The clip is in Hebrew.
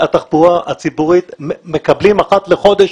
התחבורה הציבורית מקבלים אחת לחודש,